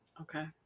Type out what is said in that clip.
Okay